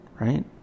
right